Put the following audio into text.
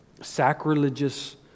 sacrilegious